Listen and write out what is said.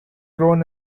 grown